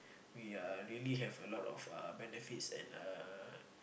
we are really have a lot of uh benefits and uh